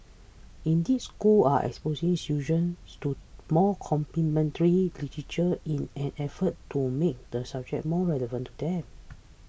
indeed schools are exposing students to more contemporary literature in an effort to make the subject more relevant to them